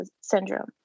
syndrome